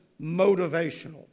motivational